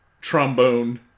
trombone